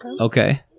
Okay